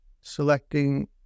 selecting